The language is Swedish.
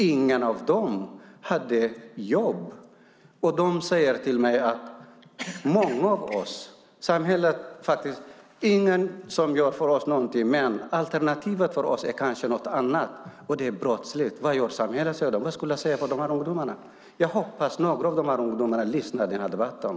Ingen av dem hade jobb. De sade till mig: Ingen gör något för oss. Alternativet för oss kanske är något annat, brottslighet. Vad gör samhället? frågade de. Vad skulle jag säga till de här ungdomarna? Jag hoppas att några av dem lyssnar på den här debatten.